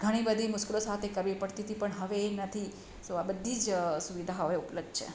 ઘણી બધી મુસીબતો સાથે કરવી પડતી તી પણ હવે એ નથી સો આ બધી જ સુવિધા હવે ઉપલબ્ધ છે